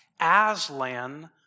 Aslan